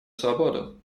свободу